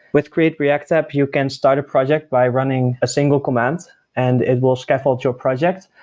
with create-react-app, you can start a project by running a single command and it will scaffold your projects,